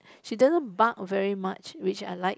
she doesn't bark very much which unlike